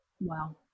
wow